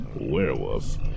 werewolf